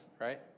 Right